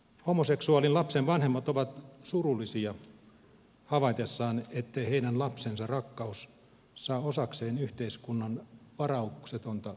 homoseksuaalin lapsen vanhemmat ovat surullisia havaitessaan ettei heidän lapsensa rakkaus saa osakseen yhteiskunnan varauksetonta hyväksyntää ja tukea